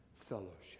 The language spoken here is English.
fellowship